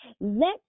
let